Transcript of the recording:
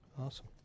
Awesome